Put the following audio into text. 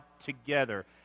together